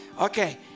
Okay